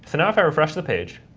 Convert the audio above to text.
so now if i refresh the page,